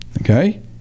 okay